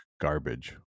garbage